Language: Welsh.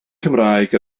cymraeg